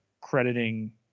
crediting